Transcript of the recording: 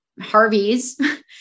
Harvey's